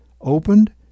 opened